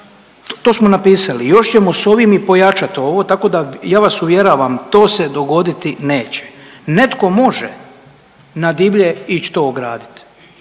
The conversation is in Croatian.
To smo napisali. I još ćemo sa ovim i pojačati ovo, tako da ja vas uvjeravam to se dogoditi neće. Netko može na divlje ići to ograditi,